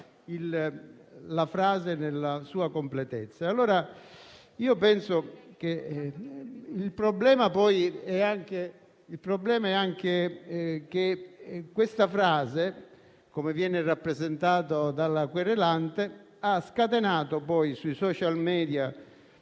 la frase nella sua completezza. Il problema è anche che questa frase, come viene rappresentato dalla querelante, ha scatenato sui *social media*